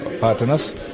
partners